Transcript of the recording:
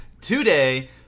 today